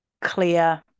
clear